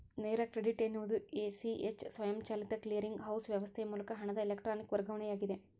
ನೇರ ಕ್ರೆಡಿಟ್ ಎನ್ನುವುದು A, C, H ಸ್ವಯಂಚಾಲಿತ ಕ್ಲಿಯರಿಂಗ್ ಹೌಸ್ ವ್ಯವಸ್ಥೆಯ ಮೂಲಕ ಹಣದ ಎಲೆಕ್ಟ್ರಾನಿಕ್ ವರ್ಗಾವಣೆಯಾಗಿದೆ